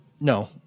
No